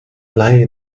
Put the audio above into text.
laie